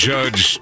Judge